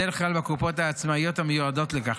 בדרך כלל בקופות העצמאיות המיועדות לכך.